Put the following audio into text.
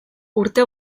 urte